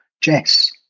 jess